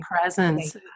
presence